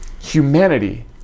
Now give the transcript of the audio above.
humanity